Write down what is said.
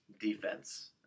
defense